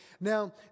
Now